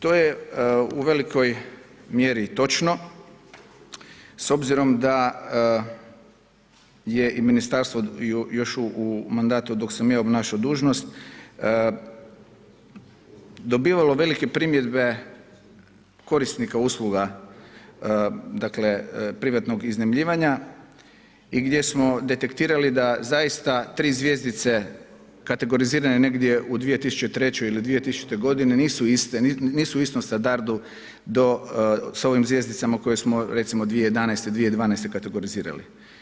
To je u velikoj mjeri točno s obzirom da je i ministarstvo još u mandatu dok sam ja obnašao dužnost, dobivalo velike primjedbe korisnika usluga dakle privatnih iznajmljivanja i gdje smo detektirali da zaista tri zvjezdice kategorizirane negdje u 2003. ili 2000. g. nisu u istom standardu do s ovim zvjezdicama koje smo recimo 2011., 2012. kategorizirali.